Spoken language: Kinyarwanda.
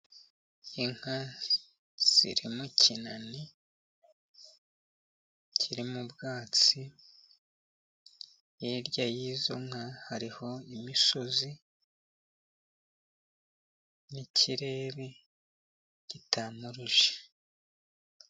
Inka ziri mu kinani kirimo ubwatsi, hirya y'izo nka hariho imisozi n'ikirere kitamuruje.